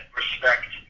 respect